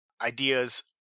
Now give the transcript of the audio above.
ideas